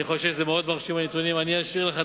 אני חושב שהנתונים מאוד מרשימים,